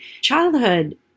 Childhood